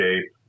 shape